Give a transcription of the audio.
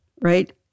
right